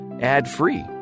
ad-free